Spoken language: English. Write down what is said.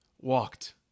walked